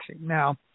now